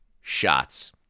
shots